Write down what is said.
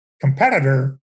competitor